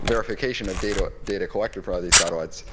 verification of data data collector for all these satellites,